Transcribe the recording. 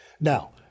Now